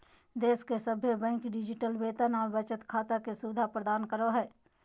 देश के सभे बैंक डिजिटल वेतन और बचत खाता के सुविधा प्रदान करो हय